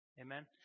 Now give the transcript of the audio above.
Amen